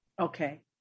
Okay